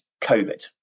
COVID